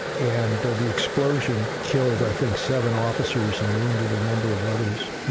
and the explosion killed, i think, seven officers and wounded a number of others. you